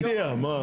מה מרתיע, מה?